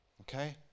Okay